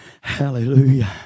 Hallelujah